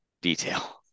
detail